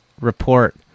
report